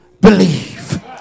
believe